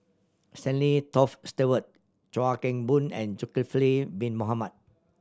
Stanley Toft Stewart Chuan Keng Boon and Zulkifli Bin Mohamed